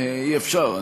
אי-אפשר.